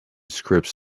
scripts